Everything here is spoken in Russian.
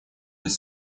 быть